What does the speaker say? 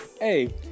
Hey